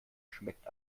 schmeckt